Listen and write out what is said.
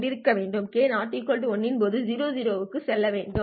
K ≠ l போது இது 0 0 க்குச் செல்ல வேண்டும் மேலும் இந்த ej2πfkt